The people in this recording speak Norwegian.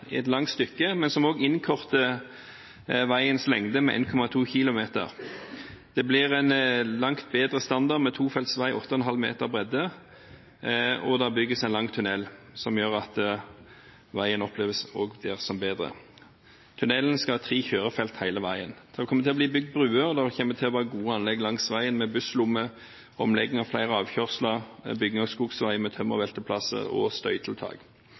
et langt stykke, men prosjektet innkorter også veiens lengde med 1,2 km. Det blir en langt bedre standard med tofelts vei, 8,5 meter bredde, og det bygges en lang tunnel, som også gjør at veien oppleves som bedre. Tunnelen skal ha tre kjørefelt hele veien. Det kommer til å bli bygd broer, og det kommer til å være gode anlegg langs veien med busslommer, omlegging av flere avkjørsler, bygging av skogsveier med tømmervelteplasser og støytiltak.